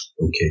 Okay